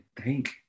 thank